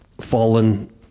fallen